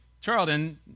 Charlton